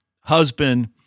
husband